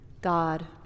God